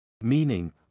meaning